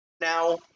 Now